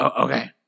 Okay